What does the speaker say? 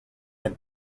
had